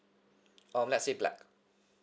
um let's say black